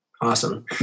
Awesome